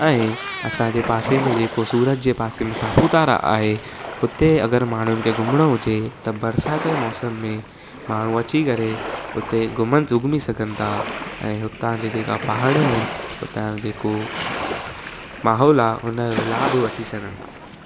ऐं असांजे पासे में जेको सूरत जे पासे में सापुतारा आहे उते अगरि माण्हुनि खे घुमणो हुजे त बरसाति जे मौसम में माण्हू अची करे उते घुमनि सुघमी सघनि था ऐं हुतां जा जेका पहाड़ आहिनि हुतां जेको माहोल आहे हुनजो लाभु वठी सघनि था